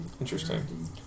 interesting